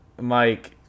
Mike